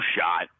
shot